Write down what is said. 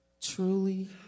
Truly